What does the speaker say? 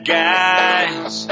guys